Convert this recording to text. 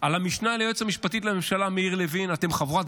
על המשנה ליועצת המשפטית לממשלה מאיר לוין "אתם חבורת